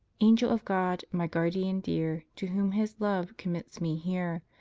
angel of god, my guardian dear, to whom his love commits me here,